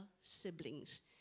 siblings